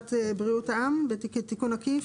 בפקודת בריאות העם, בתיקון העקיף?